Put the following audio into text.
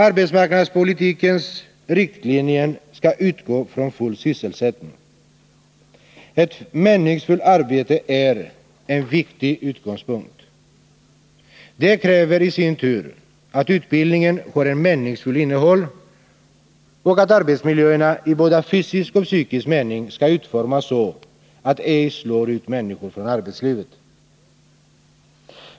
Arbetsmarknadspolitikens riktlinjer skall utgå från full sysselsättning. Ett meningsfullt arbete är en viktig utgångspunkt. Det kräver i sin tur att utbildningen har ett meningsfullt innehåll och att arbetsmiljöerna i både fysisk och psykisk mening skall utformas så att de ej slår ut människor från arbetslivet.